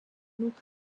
noch